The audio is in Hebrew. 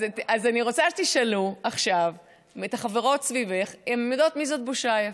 אני רוצה שתשאלי עכשיו את החברות סביבך אם הן יודעות מי זו בושאייף.